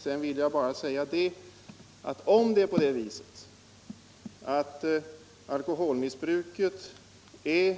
Sedan vill jag bara säga att om det är på det viset att alkoholmissbruket är